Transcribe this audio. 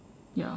ya